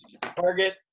Target